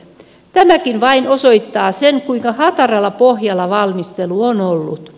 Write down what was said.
tämäkin vain osoittaa sen kuinka hataralla pohjalla valmistelu on ollut